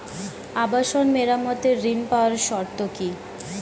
আবাসন মেরামতের ঋণ পাওয়ার শর্ত কি?